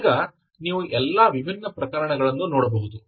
ಈಗ ನೀವು ಎಲ್ಲಾ ವಿಭಿನ್ನ ಪ್ರಕರಣಗಳನ್ನು ನೋಡಬಹುದು